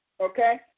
okay